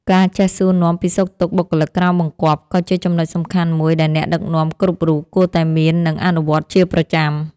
ការចេះសួរនាំពីសុខទុក្ខបុគ្គលិកក្រោមបង្គាប់ក៏ជាចំណុចសំខាន់មួយដែលអ្នកដឹកនាំគ្រប់រូបគួរតែមាននិងអនុវត្តជាប្រចាំ។